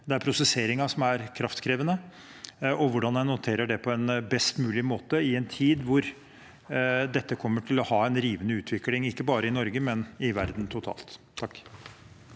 det er prosesseringen som er kraftkrevende – og hvordan en håndterer det på best mulig måte i en tid da dette kommer til å ha en rivende utvikling, ikke bare i Norge, men i verden totalt.